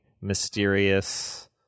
mysterious